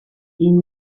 این